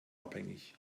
abhängig